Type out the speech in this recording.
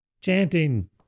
chanting